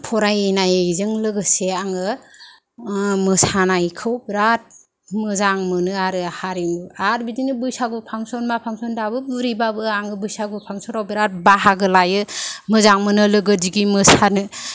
फरायनायजों लोगोसे आङो मोसानायखौ बिराद मोजां मोनो आरो हारिमु आरो बिदिनो बैसागु फांसन मा फांसन दाबो बुरिबाबो आङो बैसागु फांसनाव बिरात बाहागो लायो मोजां मोनो लोगो दिगि मोसानो